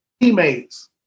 teammates